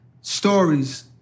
stories